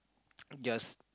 just